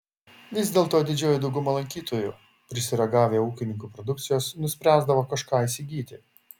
vis dėlto didžioji dauguma lankytojų prisiragavę ūkininkų produkcijos nuspręsdavo kažką įsigyti